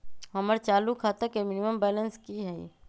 हमर चालू खाता के मिनिमम बैलेंस कि हई?